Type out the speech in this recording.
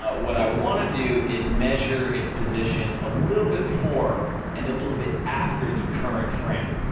ah what i wanna do is measure its position a little bit before and a little bit after the current frame,